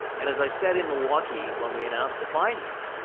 and as i said in milwaukee when we announced the findings,